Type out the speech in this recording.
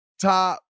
top